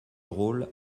rôle